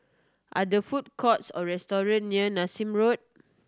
are the food courts or restaurant near Nassim Road